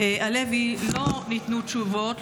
הלוי לא ניתנו תשובות,